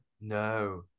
no